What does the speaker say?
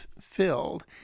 filled